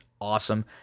awesome